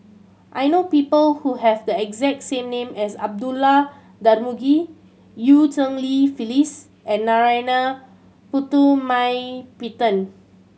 I know people who have the exact name as Abdullah Tarmugi Eu Cheng Li Phyllis and Narana Putumaippittan